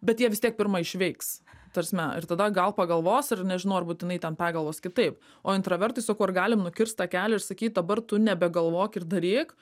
bet jie vis tiek pirma išveiks ta prasme ir tada gal pagalvos ir nežinau ar būtinai ten pergalvos kitaip o intravertui sakau ar galim nukirst tą kelią ir sakyt dabar tu nebegalvok ir daryk